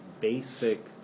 basic